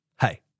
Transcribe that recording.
Hey